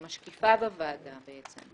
היא משקיפה בוועדה בעצם.